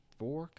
four